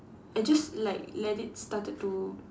I just like let it started to